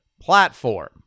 platform